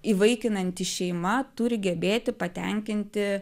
įvaikinanti šeima turi gebėti patenkinti